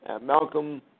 Malcolm